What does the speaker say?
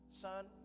Son